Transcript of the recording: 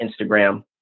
Instagram